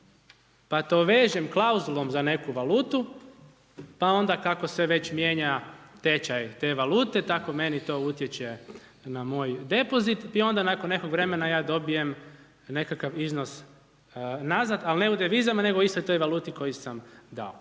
pa to vežem klauzulom za neku valutu pa onda kako se već mijenja tečaj te valute, tako meni to utječe na moj depozit i onda nakon nekog vremena ja dobijem nekakav iznos nazad ali ne u devizama nego u istoj toj valuti koju sam dao.